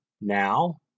Now